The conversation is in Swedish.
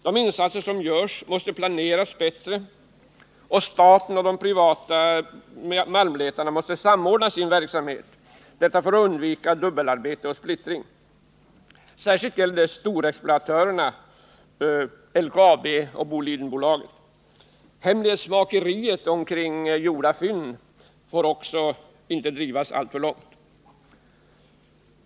De insatser som görs måste planeras bättre, och staten och de privata malmletarna måste samordna sin verksamhet, för att undvika dubbelarbete och splittring. Särskilt gäller detta storexploatörerna LKAB och Bolidenbolaget. Hemlighetsmakeriet omkring gjorda fynd får inte heller drivas alltför långt.